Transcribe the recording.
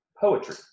poetry